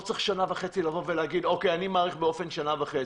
לא צריך שנה וחצי כדי להגיד, אני מאריך בשנה וחצי.